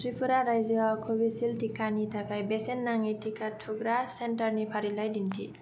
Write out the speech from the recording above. त्रिपुरा रायजोआव कविसिल्द टिकानि थाखाय बेसेन नाङि टिका थुग्रा सेन्टारनि फारिलाइ दिन्थि